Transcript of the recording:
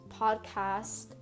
podcast